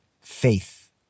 faith